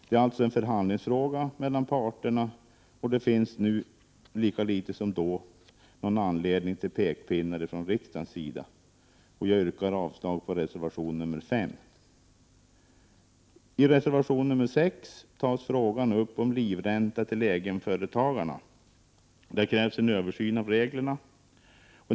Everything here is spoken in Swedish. Det är alltså en förhandlingsfråga för parterna, och det finns nu, lika litet som då, anledning till pekpinnar från riksdagens sida. Jag yrkar avslag på reservation nr 5. I reservation nr 6 tar man upp frågan om livränta till egenföretagarna. Där krävs en översyn av reglerna.